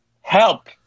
help